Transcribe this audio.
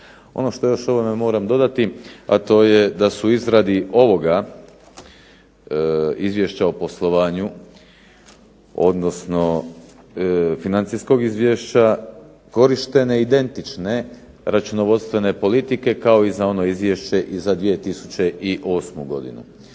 Ono što još ovome moram dodati, a to je da su u izradi ovoga Izvješća o poslovanju, odnosno financijskog izvješća korištene identične računovodstvene politike kao i za ono Izvješće i za 2008. godinu.